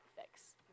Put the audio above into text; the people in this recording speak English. fix